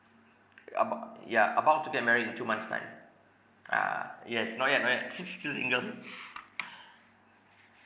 about ya about to get married in two months' time ah yes not yet not yet still single